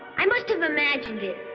i must have imagined it.